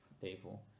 people